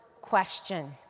question